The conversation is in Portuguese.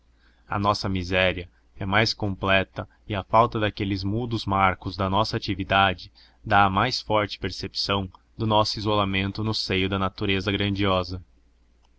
a nossa miséria é mais completa e a falta daqueles mudos marcos da nossa atividade dá mais forte percepção do nosso isolamento no seio da natureza grandiosa